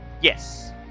Yes